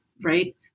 Right